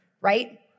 right